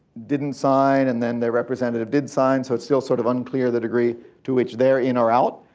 didnt sign, and then their representative did sign. so its still sort of unclear the degree to which theyre in or out.